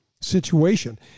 situation